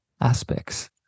aspects